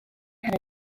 had